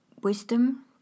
wisdom